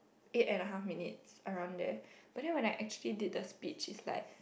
eight and a half minutes around there but then when I actually did the speech is like